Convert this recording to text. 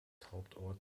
hauptort